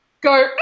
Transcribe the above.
go